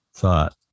thought